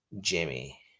Jimmy